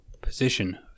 position